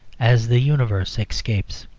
as the universe escapes.